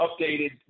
updated